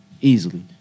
easily